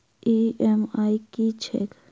EMI की छैक?